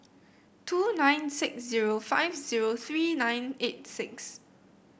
two nine six zero five zero three nine eight six